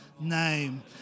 name